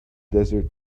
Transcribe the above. desert